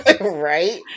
right